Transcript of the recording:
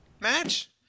match